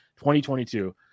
2022